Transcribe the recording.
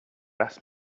asked